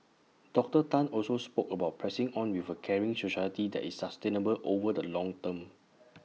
Doctor Tan also spoke about pressing on with A caring society that is sustainable over the long term